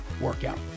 workout